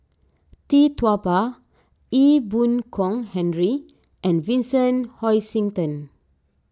Tee Tua Ba Ee Boon Kong Henry and Vincent Hoisington